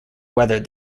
weathered